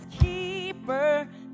keeper